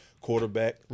quarterback